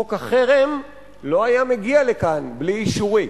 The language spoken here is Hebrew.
חוק החרם לא היה מגיע לכאן בלי אישורי.